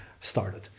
started